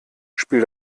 spiel